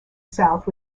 south